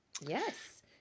Yes